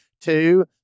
two